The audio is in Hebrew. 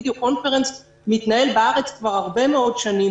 וידיאו-קונפרנס מתנהל בארץ כבר הרבה מאוד שנים,